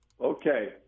Okay